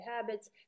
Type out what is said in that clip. habits